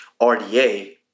RDA